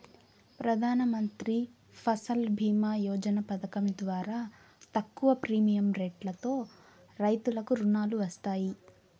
ప్రధానమంత్రి ఫసల్ భీమ యోజన పథకం ద్వారా తక్కువ ప్రీమియం రెట్లతో రైతులకు రుణాలు వస్తాయి